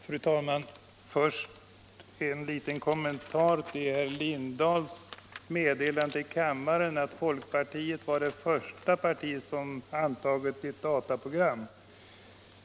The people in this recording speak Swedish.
Fru talman! Först en liten kon-mentar till herr Lindahl i Hamburgsund, som sade att folkpartiet var det första parti som antog ett dataprogram.